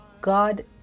god